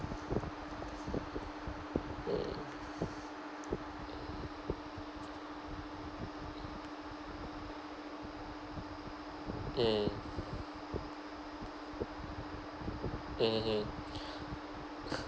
mm mm mm mm